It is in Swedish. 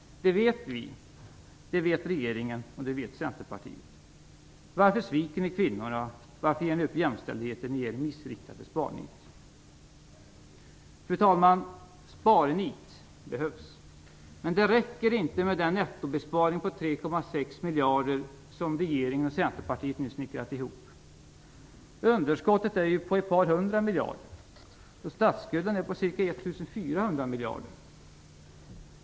Det vet vi, det vet regeringen och det vet Centerpartiet. Varför sviker ni kvinnorna, och varför ger ni upp jämställdheten i ert missriktade sparnit? Fru talman! Sparnit behövs. Men det räcker inte med den nettobesparing på 3,6 miljarder som regeringen och Centerpartiet nu har snickrat ihop. Underskottet är ju ett par hundra miljarder, och statsskulden är på ca 1 400 miljarder.